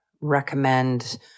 recommend